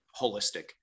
holistic